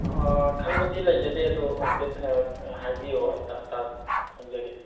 ꯈꯪꯕꯗꯤ ꯂꯩꯖꯗꯦ ꯑꯗꯣ ꯍꯥꯏꯐꯦꯠ ꯍꯥꯏꯕꯤꯌꯣ ꯑꯩ ꯈꯪꯖꯒꯦ